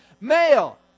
male